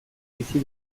bizi